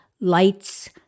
lights